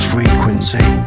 Frequency